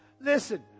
Listen